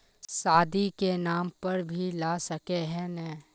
शादी के नाम पर भी ला सके है नय?